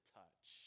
touch